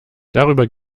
darüber